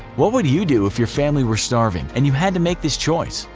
what would you do if your family were starving and you had to make this choice?